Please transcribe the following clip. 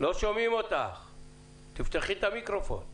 רבה על זכות הדיבור.